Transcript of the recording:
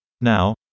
Now